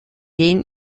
den